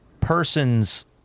person's